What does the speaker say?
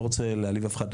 לא רוצה להעליב אף אחד,